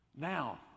Now